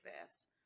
fast